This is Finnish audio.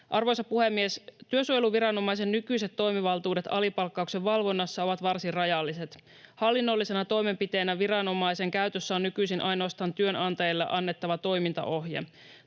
Arvoisa puhemies! Työsuojeluviranomaisen nykyiset toimivaltuudet alipalkkauksen valvonnassa ovat varsin rajalliset. Hallinnollisena toimenpiteenä viranomaisen käytössä on nykyisin ainoastaan työnantajalle annettava toimintaohje.